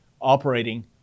operating